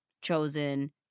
chosen